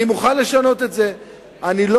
אני מוכן לשנות את זה.